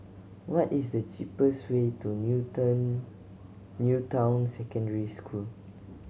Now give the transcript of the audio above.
what is the cheapest way to New Town New Town Secondary School